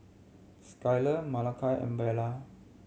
Skyler Malakai and Bella